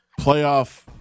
playoff